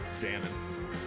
jamming